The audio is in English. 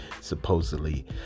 supposedly